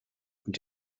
und